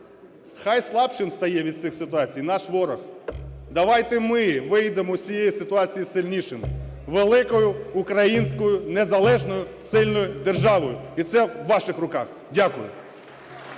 Хай слабшим стає від цих ситуацій наш ворог. Давайте ми вийдемо з цієї ситуації сильнішими, великою українською незалежною, сильною державою, і це в ваших руках. Дякую.